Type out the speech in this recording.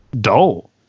dull